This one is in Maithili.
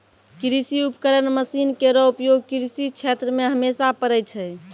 कृषि उपकरण मसीन केरो उपयोग कृषि क्षेत्र मे हमेशा परै छै